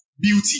beauty